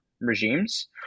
regimes